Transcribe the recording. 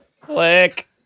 Click